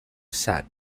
set